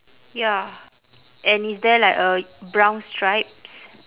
ya and is there like a brown stripes